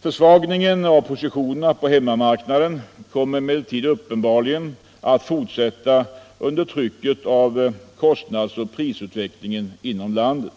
Försvagningen av positionerna på hemmamarknaden kommer emellertid uppenbarligen att fortsätta under trycket av kostnadsoch prisutvecklingen inom landet.